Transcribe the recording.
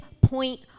point